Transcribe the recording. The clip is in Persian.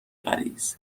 غلیظ